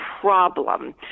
problem